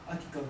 article